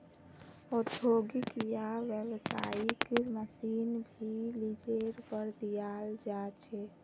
औद्योगिक या व्यावसायिक मशीन भी लीजेर पर दियाल जा छे